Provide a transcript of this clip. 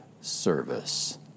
service